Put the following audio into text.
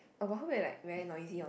oh but heard they like very noisy on the